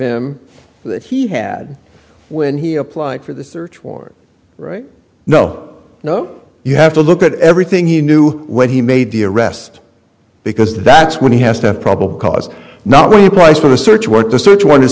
him that he had when he applied for the search warrant no no you have to look at everything he knew when he made the arrest because that's when he has to have probable cause nobody price for a search warrant to search one is